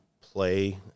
play